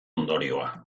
ondorioa